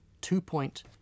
two-point